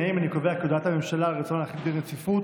הממשלה על רצונה להחיל דין רציפות